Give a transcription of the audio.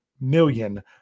million